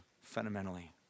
fundamentally